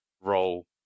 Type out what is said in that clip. role